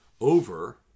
over